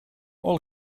oil